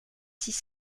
six